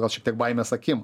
gal šiek tiek baimės akim